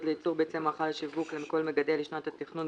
לייצור ביצי מאכל לשיווק לכל מגדל לשנת התכנון,